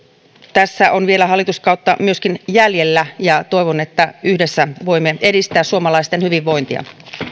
tässä on hallituskautta myöskin jäljellä toivon että yhdessä voimme edistää suomalaisten hyvinvointia